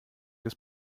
des